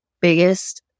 biggest